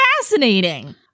fascinating